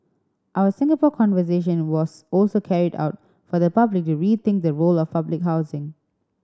our Singapore Conversation was also carried out for the public to rethink the role of public housing